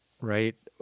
Right